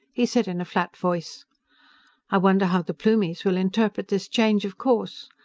he said in a flat voice i wonder how the plumies will interpret this change of course?